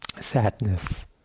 sadness